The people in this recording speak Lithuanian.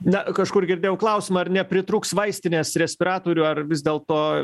na kažkur girdėjau klausimą ar nepritrūks vaistinės respiratorių ar vis dėlto